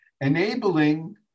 enabling